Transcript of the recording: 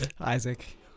Isaac